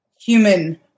human